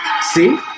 See